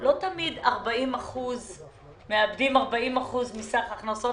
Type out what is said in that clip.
לא תמיד מאבדים 40% מסך הכנסות,